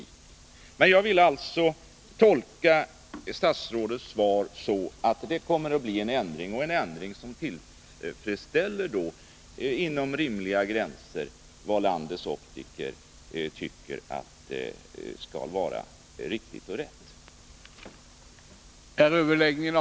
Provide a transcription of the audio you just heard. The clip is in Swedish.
1 februari 1982 Jag vill alltså tolka statsrådets svar så, att det kommer att bli en ändring, som inom rimliga gränser motsvarar vad landets optiker tycker skulle vara